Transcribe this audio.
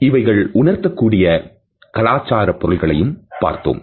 இவைகள் உணர்த்தக்கூடிய கலாச்சார பொருள்களையும் பார்த்தோம்